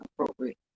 appropriate